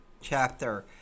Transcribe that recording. chapter